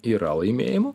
yra laimėjimų